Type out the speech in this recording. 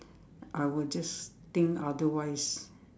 I will just think otherwise